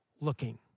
looking